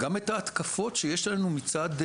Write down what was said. גם את ההתקפות שיש לנו מצד,